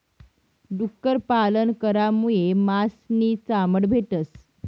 डुक्कर पालन करामुये मास नी चामड भेटस